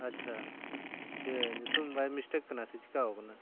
ᱟᱪᱪᱷᱟ ᱥᱮ ᱧᱩᱛᱩᱢ ᱵᱟᱭ ᱢᱤᱥᱴᱮᱠ ᱠᱟᱱᱟ ᱥᱮ ᱪᱮᱠᱟᱣ ᱠᱟᱱᱟ